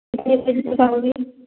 कितने बताओगे